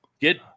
get